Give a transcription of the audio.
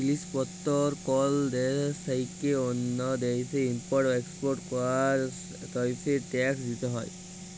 জিলিস পত্তর কল দ্যাশ থ্যাইকে অল্য দ্যাশে ইম্পর্ট এক্সপর্টের সময় তারিফ ট্যাক্স দ্যিতে হ্যয়